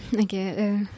okay